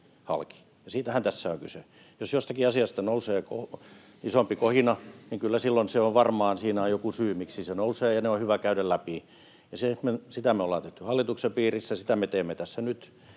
siitähän tässä on kyse. Jos jostakin asiasta nousee isompi kohina, kyllä silloin siinä varmaan on joku syy, miksi se nousee, ja ne on hyvä käydä läpi. Sitä me ollaan tehty hallituksen piirissä, sitä me teemme tässä nyt,